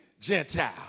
Gentile